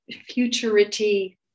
futurity